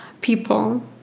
people